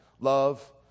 Love